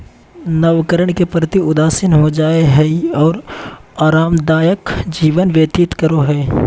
नवकरण के प्रति उदासीन हो जाय हइ और आरामदायक जीवन व्यतीत करो हइ